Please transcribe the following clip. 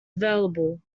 available